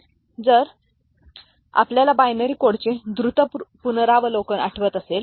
तर जर आपल्याला बायनरी कोडचे द्रुत पुनरावलोकन आठवत असेल